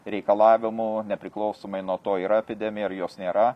reikalavimų nepriklausomai nuo to yra epidemija ar jos nėra